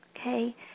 Okay